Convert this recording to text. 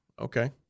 Okay